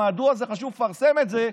מדוע חשוב לפרסם את זה,